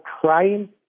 crying